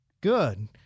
Good